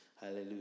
Hallelujah